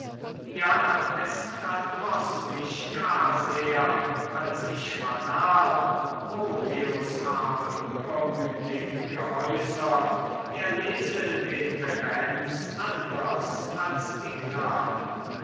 ja es verdroß mich gar sehr als ich vernahm grotius habe übermütig geäußert er lese den terenz anders als die knaben